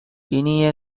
இனிய